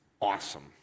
awesome